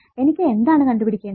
എനിക്ക് എന്താണ് കണ്ടുപിടിക്കേണ്ടത്